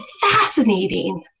fascinating